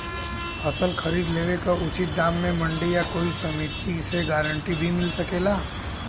फसल खरीद लेवे क उचित दाम में मंडी या कोई समिति से गारंटी भी मिल सकेला?